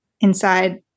inside